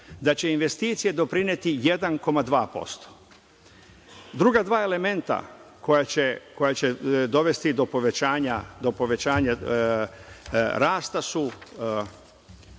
da će investicije doprineti 1,2%. Druga dva elementa koja će dovesti do povećanja rasta su